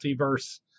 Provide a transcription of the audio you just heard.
multiverse